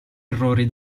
errori